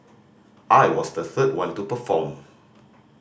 I was the third one to perform